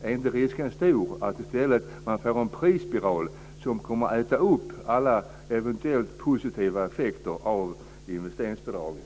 Är inte risken stor att man i stället får en prisspiral som kommer att äta upp alla eventuellt positiva effekter av investeringsbidraget?